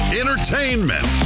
entertainment